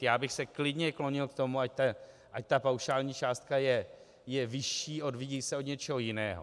Já bych se klidně klonil k tomu, ať ta paušální částka je vyšší a odvíjí se od něčeho jiného.